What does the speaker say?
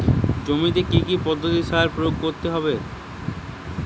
জমিতে কী কী পদ্ধতিতে সার প্রয়োগ করতে হয়?